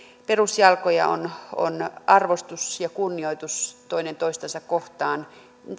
perusjalkoja on on arvostus ja kunnioitus toinen toistansa kohtaan